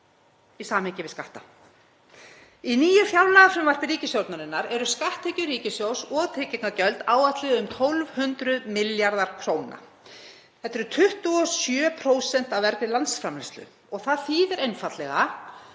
í samhengi við skatta. Í nýju fjárlagafrumvarpi ríkisstjórnarinnar eru skatttekjur ríkissjóðs og tryggingagjöld áætluð um 1.200 milljarðar kr. Þetta eru 27% af vergri landsframleiðslu og það þýðir einfaldlega